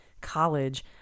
college